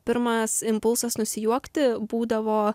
pirmas impulsas nusijuokti būdavo